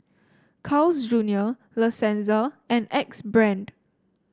Carl's Junior La Senza and Axe Brand